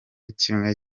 kimwe